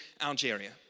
Algeria